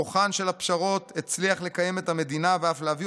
כוחן של הפשרות הצליח לקיים את המדינה ואף להביא